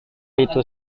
itu